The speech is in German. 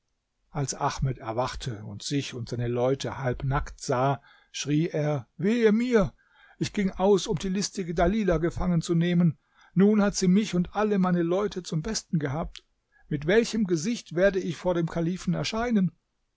als ahmed erwachte und sich und seine leute halb nackt sah schrie er wehe mir ich ging aus um die listige dalilah gefangenzunehmen nun hat sie mich und alle meine leute zum besten gehabt mit welchem gesicht werde ich vor dem kalifen erscheinen